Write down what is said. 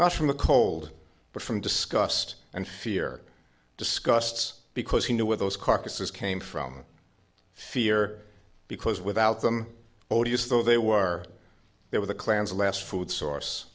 not from the cold but from discussed and fear discussed because he knew where those carcasses came from fear because without them odious though they were they were the clans last food source